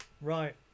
right